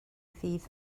ddydd